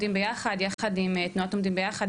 יחד עם תנועת ׳עומדים ביחד׳,